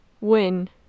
win